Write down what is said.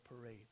parade